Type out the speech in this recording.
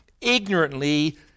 ignorantly